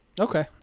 Okay